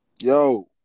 Yo